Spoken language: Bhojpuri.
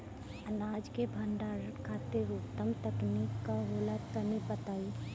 अनाज के भंडारण खातिर उत्तम तकनीक का होला तनी बताई?